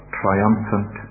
triumphant